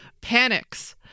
panics